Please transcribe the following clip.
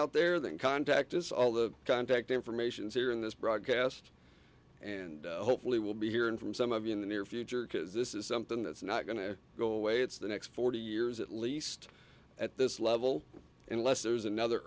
out there then contact is all the contact information is here in this broadcast and hopefully we'll be hearing from some of you in the near future because this is something that's not going to go away it's the next forty years at least at this level unless there's another